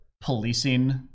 policing